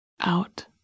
out